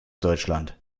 deutschland